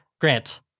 Grant